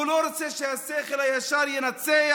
הוא לא רוצה שהשכל הישר ינצח,